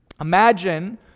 Imagine